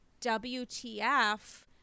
WTF